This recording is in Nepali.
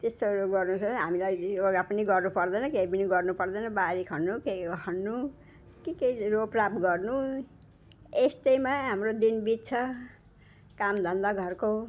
त्यस्तोहरू गर्नु चाहिँ हामीलाई योगा पनि गर्नु पर्दैन केही पनि गर्नु पर्दैन बारी खन्नु के के खन्नु के के रोपराप गर्नु यस्तैमा हाम्रो दिन बित्छ काम धन्धा घरको